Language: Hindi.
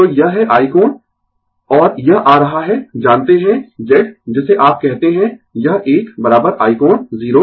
तो यह है i कोण और यह आ रहा है जानते है Z जिसे आप कहते है यह एक i कोण 0o